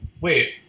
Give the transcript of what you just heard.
Wait